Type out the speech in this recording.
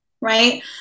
Right